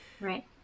Right